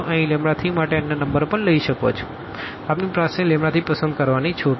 અહીં 3માટે અન્ય નંબર પણ લઈ શકો છો આપણી પાસે 3 પસંદ કરવાની છૂટ છે